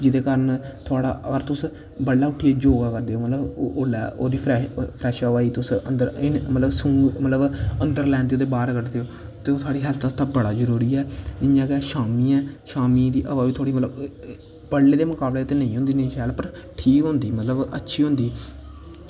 जेह्दे कारण थुआढ़ा अगर तुस बडलै उठियै योगा करदे ओह् ओह्दी मतलब फ्रैश हवा गी अंदर मतलब अंदर लैंदे ते बाहर कड्ढदे ओ ते एह् थुआढ़ी हेल्थ आस्तै बड़ा गै जरूरी ऐ इंया गै शामीं ऐ शामीं दी हवा बी थोह्ड़ी मतलब पढ़ने दे मुकाबले ते इन्नी निं होंदी शैल ठीक होंदी मतलब अच्छी होंदी